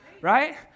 right